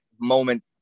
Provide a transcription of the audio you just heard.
moment